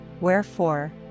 wherefore